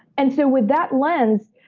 and so, with that lens,